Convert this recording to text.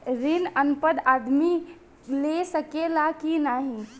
ऋण अनपढ़ आदमी ले सके ला की नाहीं?